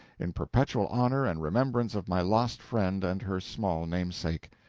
in perpetual honor and remembrance of my lost friend and her small namesake.